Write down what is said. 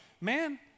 man